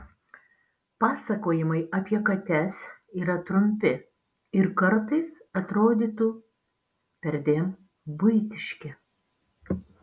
pasakojimai apie kates yra trumpi ir kartais atrodytų perdėm buitiški